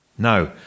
Now